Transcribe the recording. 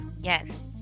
Yes